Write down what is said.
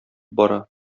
бара